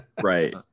Right